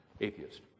atheist